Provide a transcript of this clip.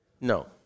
no